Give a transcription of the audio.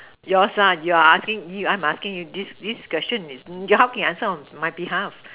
your song you are asking you are asking this this question is joking as song on my behalf